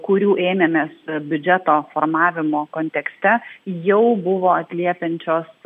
kurių ėmėmės biudžeto formavimo kontekste jau buvo atliepiančios